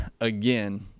again